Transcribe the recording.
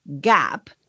gap